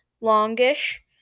longish